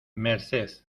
merced